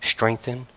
Strengthen